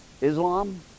Islam